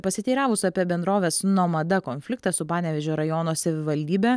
pasiteiravus apie bendrovės nomada konfliktą su panevėžio rajono savivaldybe